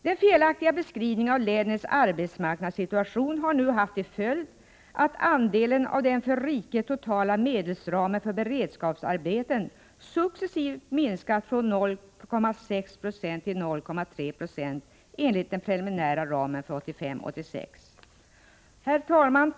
Den felaktiga beskrivningen av länets arbetsmarknadssituation har nu haft till följd att andelen av den för riket totala medelsramen för beredskapsarbeten successivt minskat från ca 0,6 20 till ca 0,3 26 enligt den preliminära ramen för 1985/86.